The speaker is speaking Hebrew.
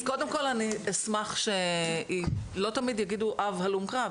אז קודם כל אני אשמח שלא תמיד יגידו אב הלום קרב,